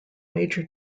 major